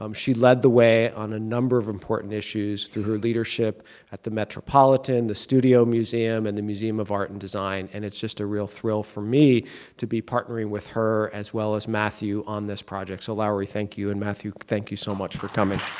um she led the way on a number of important issues to her leadership at the metropolitan, the studio museum and the museum of art and design, and it's just a real thrill for me to be partnering with her as well, as matthew on this project. so lowery, thank you and matthew, thank you so much for coming.